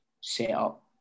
setup